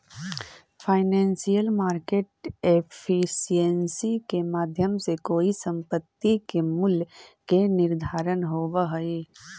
financial market efficiency के माध्यम से कोई संपत्ति के मूल्य के निर्धारण होवऽ हइ